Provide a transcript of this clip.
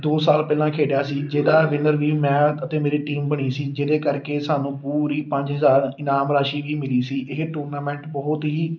ਦੋ ਸਾਲ ਪਹਿਲਾਂ ਖੇਡਿਆ ਸੀ ਜਿਹਦਾ ਵਿਨਰ ਵੀ ਮੈਂ ਅਤੇ ਮੇਰੀ ਟੀਮ ਬਣੀ ਸੀ ਜਿਹਦੇ ਕਰਕੇ ਸਾਨੂੰ ਪੂਰੀ ਪੰਜ ਹਜ਼ਾਰ ਇਨਾਮ ਰਾਸ਼ੀ ਵੀ ਮਿਲੀ ਸੀ ਇਹ ਟੂਰਨਾਮੈਂਟ ਬਹੁਤ ਹੀ